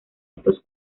estos